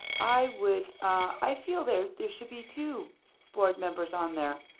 i would i feel there there should be two board members on there,